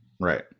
Right